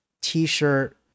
t-shirt